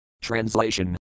Translation